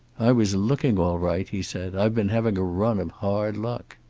i was looking, all right, he said. i've been having a run of hard luck.